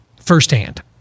firsthand